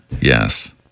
yes